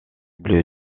bleu